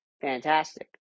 fantastic